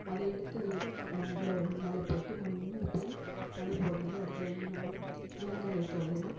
அதை எடுத்து அதில் மேலே போட்டு மண் இப்படி அதை போடுறது அடுத்தது வந்து நம்ம வெங்காயத்தோல்